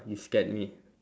you scared me